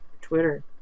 Twitter